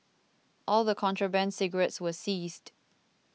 all the contraband cigarettes were seized